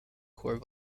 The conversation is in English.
corps